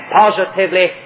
positively